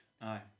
Aye